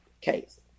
case